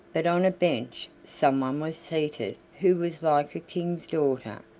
but on a bench someone was seated who was like a king's daughter,